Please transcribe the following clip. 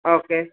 okay